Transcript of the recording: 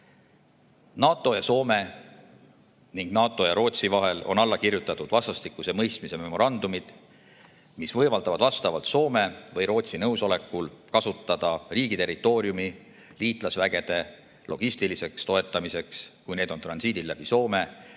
NATO ja Soome ning NATO ja Rootsi vahel on alla kirjutatud vastastikuse mõistmise memorandumid, mis võimaldavad vastavalt Soome või Rootsi nõusolekul kasutada riigi territooriumi liitlasvägede logistiliseks toetamiseks, kui need on transiidil läbi Soome